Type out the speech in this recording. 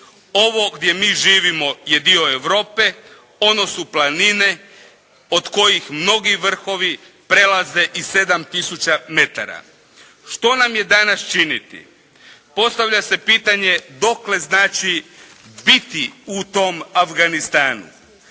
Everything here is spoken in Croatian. ovo gdje mi živimo je dio Europe, ono su planine od kojih mnogi vrhovi prelaze i 7 tisuća metara. Što nam je danas činiti? Postavlja se pitanje dokle znači biti u tom Afganistanu.